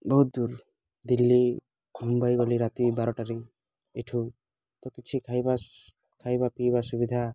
ବହୁତ ଦୂର ଦିଲ୍ଲୀ ମୁମ୍ବାଇ ଗଲି ରାତି ବାରଟାରେ ଏଠୁତ କିଛି ଖାଇବା ଖାଇବା ପିଇବା ସୁବିଧା